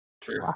True